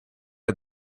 had